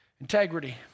Integrity